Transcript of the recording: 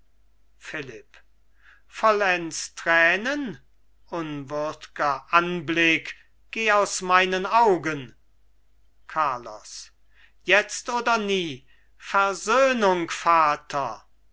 philipp vollends tränen unwürdger anblick geh aus meinen augen carlos jetzt oder nie versöhnung vater